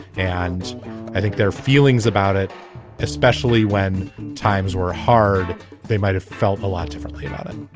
and i think their feelings about it especially when times were hard they might have felt a lot differently about it